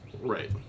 Right